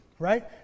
right